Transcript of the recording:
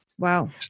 Wow